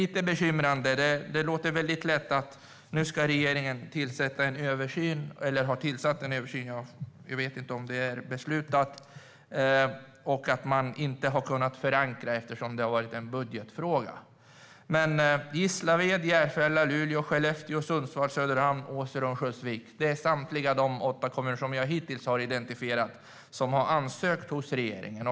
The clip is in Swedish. Jag är bekymrad. Det är lätt att säga att regeringen ska göra en översyn och att man inte har kunnat förankra eftersom det har varit en budgetfråga. Gislaved, Järfälla, Luleå, Skellefteå, Sundsvall, Söderhamn, Åsele och Örnsköldsvik är de åtta kommuner som har ansökt hos regeringen.